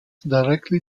directly